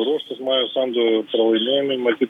ruoštis majos sandu pralaimėjimui matyt